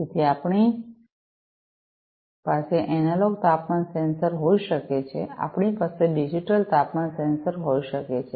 તેથી આપણી પાસે એનાલોગ તાપમાન સેન્સર હોઈ શકે છે આપણી પાસે ડિજિટલ તાપમાન સેન્સર હોઈ શકે છે